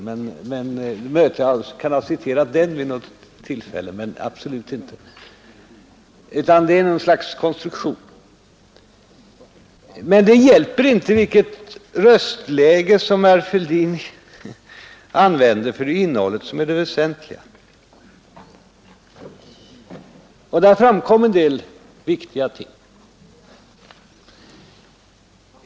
Jag kan möjligen ha citerat den vid något tillfälle, men det har absolut inte gällt herr Fälldin. Det är något slags konstruktion. Det hjälper emellertid inte vilket röstläge som herr Fälldin använder, ty det är ju innehållet som är det väsentliga. Det har framkommit en del viktiga ting.